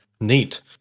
Neat